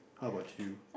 how about you